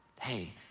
hey